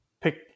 pick